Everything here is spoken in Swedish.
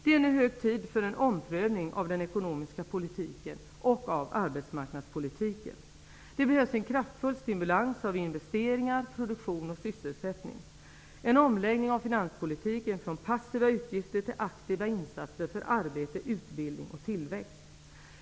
Det är nu hög tid för en omprövning av den ekonomiska politiken och av arbetsmarknadspolitiken. Det behövs en kraftfull stimulans av investeringar, produktion och sysselsättning samt en omläggning av finanspolitiken från passiva utgifter till aktiva insatser för arbete, utbildning och tillväxt.